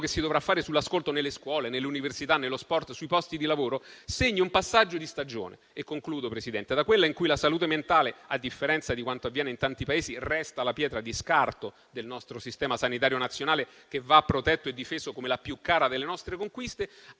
che si dovrà fare sull'ascolto nelle scuole, nelle università, nello sport e sui posti di lavoro, segna un passaggio di stagione. Da quella in cui la salute mentale, a differenza di quanto avviene in tanti Paesi, resta la pietra di scarto del nostro sistema sanitario nazionale, che va protetto e difeso come la più cara delle nostre conquiste,